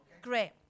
Great